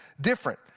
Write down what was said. different